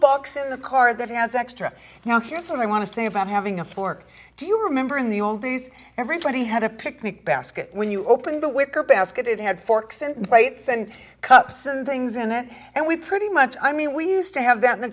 box in the car that has extra you know here's what i want to say about having a fork do you remember in the old days everybody had a picnic basket when you open the wicker basket it had forks and plates and cups and things in it and we pretty much i mean we used to have that in the